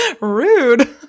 Rude